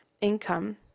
income